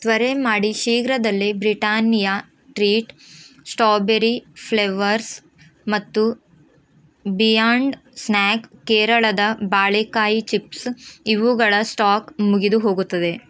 ತ್ವರೆ ಮಾಡಿ ಶೀಘ್ರದಲ್ಲಿ ಬ್ರಿಟಾನಿಯಾ ಟ್ರೀಟ್ ಸ್ಟೋಬೆರಿ ಫ್ಲೆವರ್ಸ್ ಮತ್ತು ಬಿಯಾಂಡ್ ಸ್ನ್ಯಾಕ್ ಕೇರಳದ ಬಾಳೆಕಾಯಿ ಚಿಪ್ಸ್ ಇವುಗಳ ಸ್ಟಾಕ್ ಮುಗಿದುಹೋಗುತ್ತದೆ